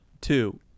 two